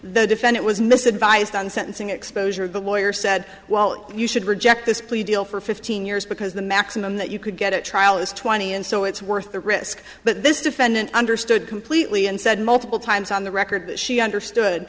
the defendant was mis advised on sentencing exposure a good lawyer said well you should reject this plea deal for fifteen years because the maximum that you could get at trial is twenty and so it's worth the risk but this defendant understood completely and said multiple times on the record she understood